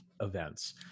events